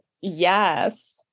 Yes